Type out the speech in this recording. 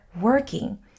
working